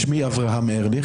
שמי אברהם ארליך,